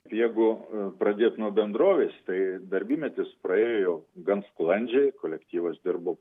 jeigu pradėt nuo bendrovės tai darbymetis praėjo gan sklandžiai kolektyvas dirbo